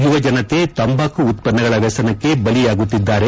ಯುವಜನತೆ ತಂಬಾಕು ಉತ್ಪನ್ನಗಳ ವ್ಯಸನಕ್ಕೆ ಬಲಿಯಾಗುತ್ತಿದ್ದಾರೆ